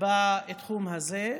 בתחום הזה.